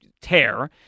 tear